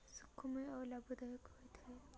ସୁଖମୟ ଓ ଲାଭଦାୟକ ହୋଇଥାଏ